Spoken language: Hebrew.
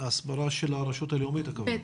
ההסברה של הרשות הלאומית, הכוונה?